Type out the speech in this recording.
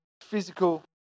physical